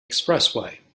expressway